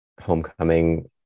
Homecoming